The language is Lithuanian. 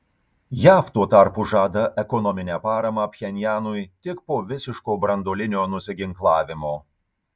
jav tuo tarpu žada ekonominę paramą pchenjanui tik po visiško branduolinio nusiginklavimo